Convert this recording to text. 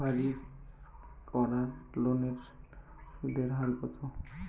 বাড়ির করার লোনের সুদের হার কত?